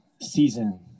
season